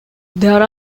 there